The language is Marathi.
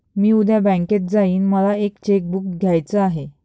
मी उद्या बँकेत जाईन मला एक चेक बुक घ्यायच आहे